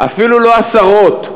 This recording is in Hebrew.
אפילו לא עשרות.